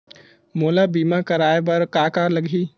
मोला बीमा कराये बर का का लगही?